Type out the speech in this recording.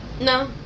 No